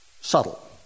Subtle